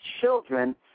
children